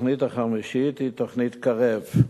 התוכנית החמישית היא תוכנית "קרב",